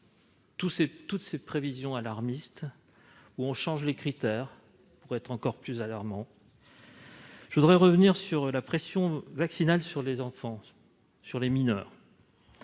toutes ses prévisions alarmistes, dont on change les critères pour les rendre encore plus alarmantes ? Je voudrais revenir sur la pression vaccinale qui pèse sur les enfants et les mineurs.